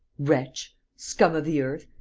wretch, scum of the earth,